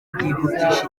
ryihutisha